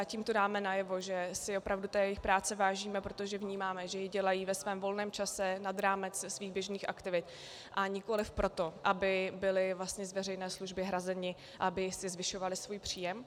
Tímto dáme najevo, že si opravdu té jejich práce vážíme, protože vnímáme, že ji dělají ve svém volném čase, nad rámec svých běžných aktivit, a nikoliv proto, aby byli vlastně z veřejné služby hrazeni, aby si zvyšovali svůj příjem.